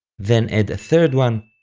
then add a third one,